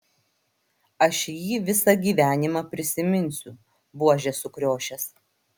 aš jį visą gyvenimą prisiminsiu buožė sukriošęs